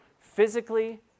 physically